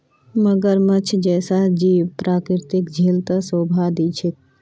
मगरमच्छ जैसा जीव प्राकृतिक झील त शोभा दी छेक